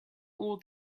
all